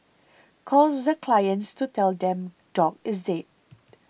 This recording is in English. calls the clients to tell them dog is dead